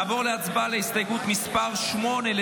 נעבור להצבעה על הסתייגות מס' 8,